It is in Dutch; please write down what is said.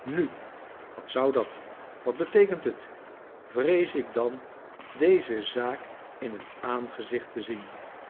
nu wat zou dat wat beteekent het vrees ik dan deze zaak in het aangezicht te zien